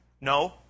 No